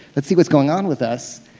let's see what's going on with us,